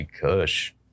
Kush